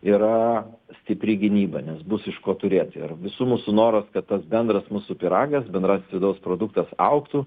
yra stipri gynyba nes bus iš ko turėti ir visų mūsų noras kad tas bendras mūsų pyragas bendrasis vidaus produktas augtų